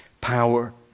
power